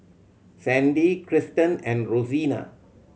Sandy Kristan and Rosina